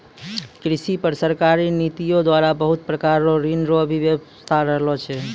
कृषि पर सरकारी नीतियो द्वारा बहुत प्रकार रो ऋण रो भी वेवस्था करलो छै